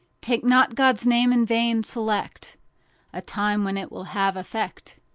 take not god's name in vain select a time when it will have effect.